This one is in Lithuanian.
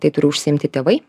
tai turi užsiimti tėvai